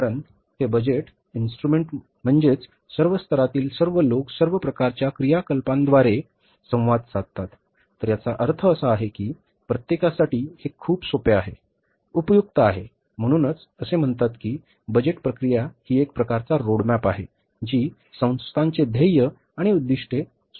कारण ते budget instrument म्हणजे सर्व स्तरातील सर्व लोक सर्व प्रकारच्या क्रियाकलापांद्वारे संवाद साधतात तर याचा अर्थ असा आहे की प्रत्येकासाठी हे खूप सोपे आहे उपयुक्त आहे म्हणूनच असे म्हणतात की बजेट प्रक्रिया ही एक प्रकारचा रोडमॅप आहे जी संस्थांचे ध्येय आणि उद्दीष्टे सुलभ करते